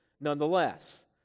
Nonetheless